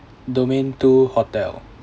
domain two hotel